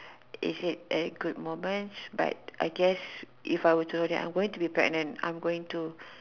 it hit a good moments but I guess if I were to have known that I were to be pregnant I'm going to